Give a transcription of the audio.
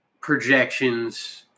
projections